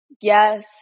yes